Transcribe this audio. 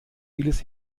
vieles